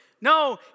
No